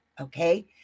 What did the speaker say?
Okay